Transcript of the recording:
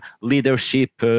leadership